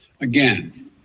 Again